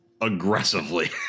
aggressively